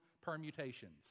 permutations